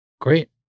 Great